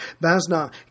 Basna